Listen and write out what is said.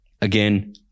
Again